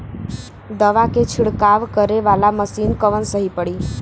दवा के छिड़काव करे वाला मशीन कवन सही पड़ी?